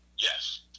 Yes